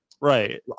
Right